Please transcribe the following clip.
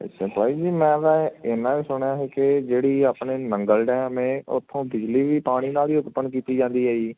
ਅੱਛਾ ਬਾਈ ਜੀ ਮੈਂ ਤਾਂ ਇੰਨਾ ਵੀ ਸੁਣਿਆ ਸੀ ਕਿ ਜਿਹੜੀ ਆਪਣੇ ਨੰਗਲ ਡੈਮ ਹੈ ਉੱਥੋਂ ਬਿਜਲੀ ਵੀ ਪਾਣੀ ਨਾਲ ਹੀ ਉਤਪੰਨ ਕੀਤੀ ਜਾਂਦੀ ਹੈ ਜੀ